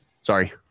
Sorry